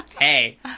Hey